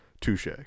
Touche